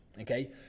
okay